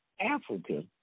Africa